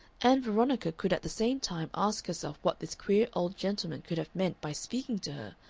ann veronica could at the same time ask herself what this queer old gentleman could have meant by speaking to her,